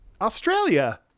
Australia